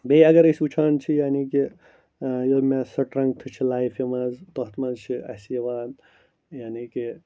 بیٚیہِ اَگر أسۍ وٕچھان چھِ یعنی کہِ یِم مےٚ سٕٹرَنٛگتھٕ چھِ لایفہِ منٛز تَتھ منٛز چھِ اَسہِ یِوان یعنی کہِ